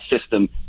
system